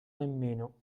nemmeno